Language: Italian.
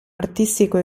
artistico